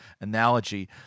analogy